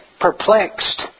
perplexed